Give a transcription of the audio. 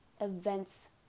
events